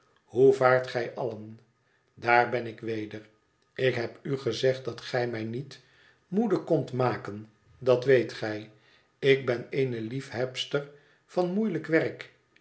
hoe vaart gij allen daar ben ik weder ik heb u gezegd dat gij mij niet moede kondt maken dat weet gij ik ben eene liefhebster van moeielijk werk